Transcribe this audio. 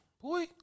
Boy